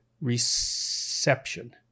reception